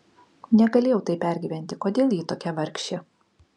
negalėjau taip pergyventi kodėl ji tokia vargšė